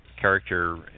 character